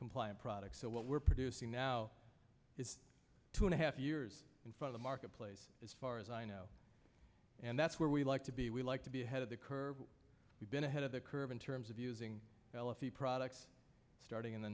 compliant products so what we're producing now is two and a half years in from the marketplace as far as i know and that's where we like to be we like to be ahead of the curve we've been ahead of the curve in terms of using l s d products starting in the